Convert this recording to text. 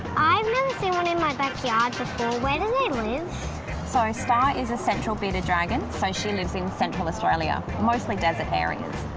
i've never seen one in my back yard before. where do they live? so star is a central bearded dragon. so she lives in central australia. mostly desert areas.